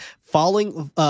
falling